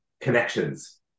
Connections